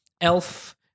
Elf